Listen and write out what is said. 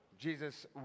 Jesus